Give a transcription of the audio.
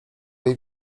jej